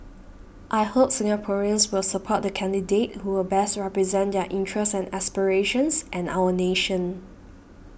I hope Singaporeans will support the candidate who will best represent their interests and aspirations and our nation